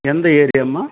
எந்த ஏரியாம்மா